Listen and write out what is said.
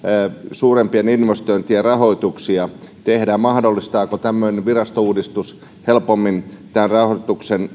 suurempien investointien rahoituksia tehdään ja mahdollistaako tämmöinen virastouudistus helpommin tämän rahoituksen